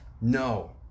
No